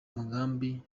mugambi